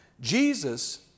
Jesus